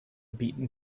beaten